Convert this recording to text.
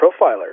profiler